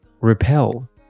repel